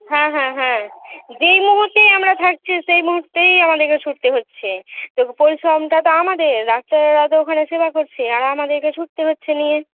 হ্যাঁ হ্যাঁ হ্যাঁ যেই মুহূর্তেই আমরা থাকছি সেই মুহূর্তেই আমাদেরকে ছুটতে হচ্ছে তবু পরিশ্রমটা তো আমাদের ডাক্তাররা তো ওখানে সেবা করছে আর আমাদেরকে ছুটতে হচ্ছে নিয়ে